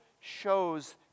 shows